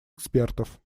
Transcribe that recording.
экспертов